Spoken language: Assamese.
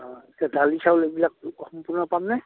অঁ এতিয়া দালি চাউল এইবিলাক সম্পূৰ্ণ পামনে